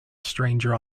stranger